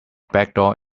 backdoor